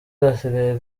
gasigaye